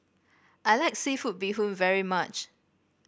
I like seafood Bee Hoon very much